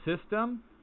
system